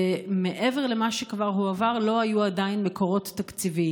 למעבר למה שכבר הועבר לא היו עדיין מקורות תקציביים.